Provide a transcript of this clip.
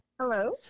Hello